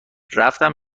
رفتم